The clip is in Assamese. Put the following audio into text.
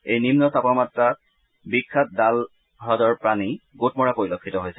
এই নিম্ন তাপমাত্ৰা বিখ্যাত ডাল হুদৰ পানী গোট মৰা পৰিলক্ষিত হৈছে